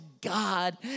God